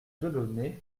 delaunay